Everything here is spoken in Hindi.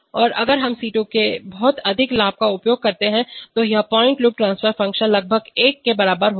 और अगर हम C2 के बहुत अधिक लाभ का उपयोग करते हैं तो यह पॉइंट लूप ट्रांसफर फ़ंक्शन लगभग 1 के बराबर होगा